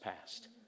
past